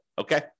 Okay